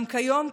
גם כיום,